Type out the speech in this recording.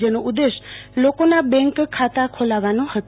જેનો ઉદેશ્ય લોકોના બેંક ખાતા ખોલાવવાનો હતો